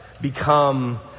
become